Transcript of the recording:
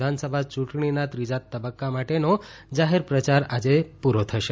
વિધાનસભા યૂંટણીના ત્રીજા તબક્કા માટેનો જાહેર પ્રચાર આજે પૂરો થશે